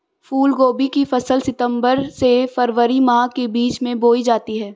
फूलगोभी की फसल सितंबर से फरवरी माह के बीच में बोई जाती है